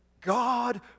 God